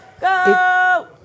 Go